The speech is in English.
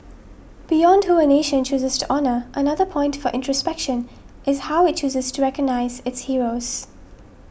beyond who a nation chooses to honour another point for introspection is how it chooses to recognise its heroes